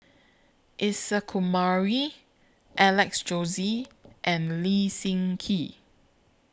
Isa Kamari Alex Josey and Lee Seng Gee